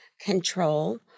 control